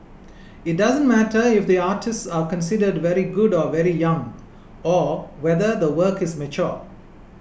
it doesn't matter if the artists are considered very good or very young or whether the work is mature